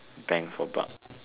bang for buck